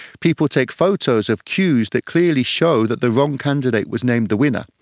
people take photos of queues that clearly show that the wrong candidate was named the winner.